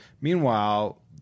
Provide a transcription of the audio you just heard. Meanwhile